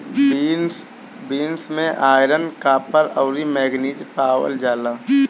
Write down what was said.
beans में iron, copper, अउरी manganese पावल जाला